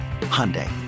Hyundai